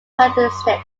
characteristics